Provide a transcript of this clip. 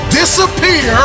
disappear